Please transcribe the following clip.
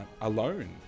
alone